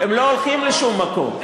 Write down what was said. הם לא הולכים לשום מקום.